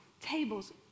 tables